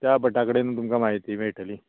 त्या भटा कडेन तुमका म्हायती मेयटली